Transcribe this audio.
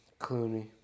Clooney